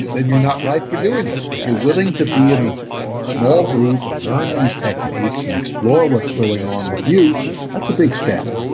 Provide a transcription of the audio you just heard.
then you're not right for doing this. if you're willing to be in a small group and learn these techniques and explore what's going on with you that's a big step.